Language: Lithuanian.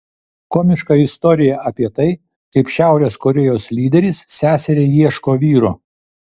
komiška istorija apie tai kaip šiaurės korėjos lyderis seseriai ieško vyro